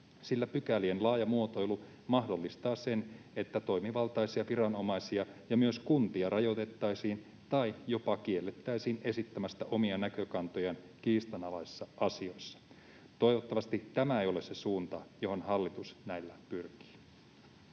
sillä pykälien laaja muotoilu mahdollistaa sen, että toimivaltaisia viranomaisia ja myös kuntia rajoitettaisiin tai jopa kiellettäisiin esittämästä omia näkökantojaan kiistanalaisissa asioissa. Toivottavasti tämä ei ole se suunta, johon hallitus näillä pyrkii.